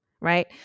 Right